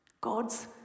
God's